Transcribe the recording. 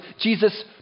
Jesus